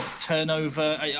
turnover